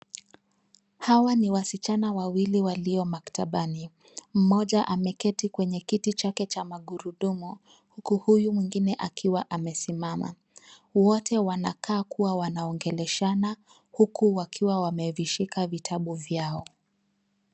Hawa ni wasichana wawili walio maktabani. Mmoja ameketi kwenye kiti chake cha magurudumu huku huyu mwingine akiwa amesimama. Wote wanakaa kuwa wanaongeleshana huku wakiwa wamevishika vitabu vyao.